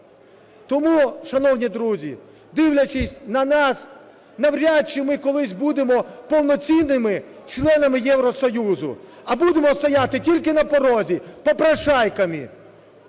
Тому, шановні друзі, дивлячись на нас, навряд чи ми колись будемо повноцінними членами Євросоюзу. А будемо стояти тільки на порозі, попрошайками.